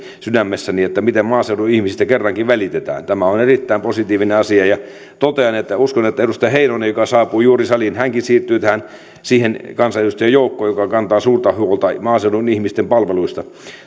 sydämessäni että miten maaseudun ihmisistä kerrankin välitetään tämä on erittäin positiivinen asia ja totean että uskon että edustaja heinonenkin joka saapui juuri saliin siirtyy siihen kansanedustajien joukkoon joka kantaa suurta huolta maaseudun ihmisten palveluista